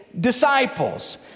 disciples